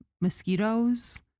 mosquitoes